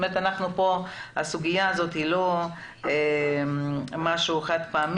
כלומר הסוגיה הזאת היא לא משהו חד-פעמי.